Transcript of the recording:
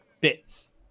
bits